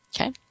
Okay